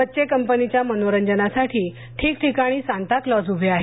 बच्चे कंपनीच्या मनोरंजनासाठी ठिकठिकाणी सांता क्लॉज उभे आहेत